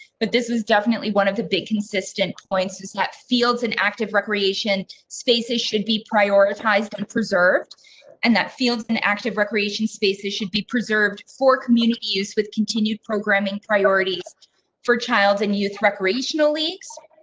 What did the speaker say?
but this is definitely one of the big consistent points that fields and active recreation spaces should be prioritized and preserved and that fields and active recreation spaces should be preserved for communities with continued programming priorities for child's and youth, recreational leaks.